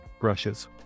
brushes